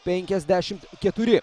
penkiasdešimt keturi